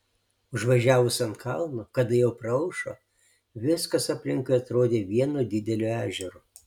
užvažiavus ant kalno kada jau praaušo viskas aplinkui atrodė vienu dideliu ežeru